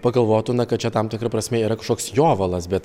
pagalvotų na kad čia tam tikra prasme yra kažkoks jovalas bet